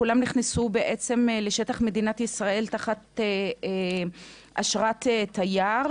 כולם נכנסו בעצם לשטח מדינת ישראל תחת אשרת תייר,